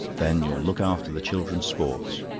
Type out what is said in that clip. then you'll look after the children's sports.